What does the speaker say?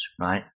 right